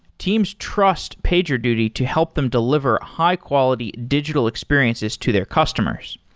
teams trust pagerduty to help them deliver high-quality digital experiences to their customers.